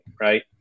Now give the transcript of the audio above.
Right